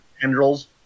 tendrils